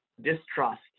distrust